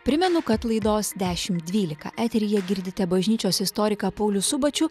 primenu kad laidos dešim dvylika eteryje girdite bažnyčios istoriką paulių subačių